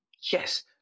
Yes